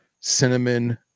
cinnamon